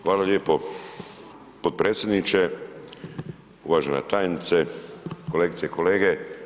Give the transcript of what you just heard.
Hvala lijepo potpredsjedniče. uvažena tajnice, kolegice i kolege.